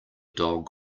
dog